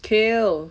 kill